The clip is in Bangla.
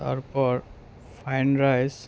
তারপর ফ্রাইড রাইস